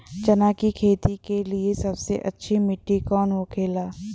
चना की खेती के लिए सबसे अच्छी मिट्टी कौन होखे ला?